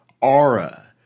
aura